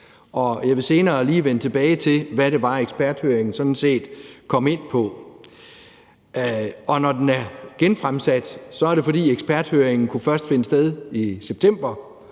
Jeg vil senere lige vende tilbage til, hvad det var, eksperthøringen sådan set kom ind på. Når forslaget er genfremsat, er det, fordi eksperthøringen først kunne finde sted i september,